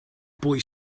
boy